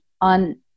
on